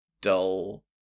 dull